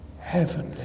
heavenly